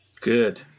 Good